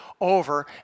over